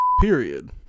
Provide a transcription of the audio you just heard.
Period